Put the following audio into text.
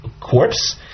corpse